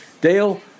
Dale